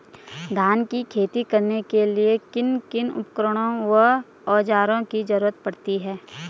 धान की खेती करने के लिए किन किन उपकरणों व औज़ारों की जरूरत पड़ती है?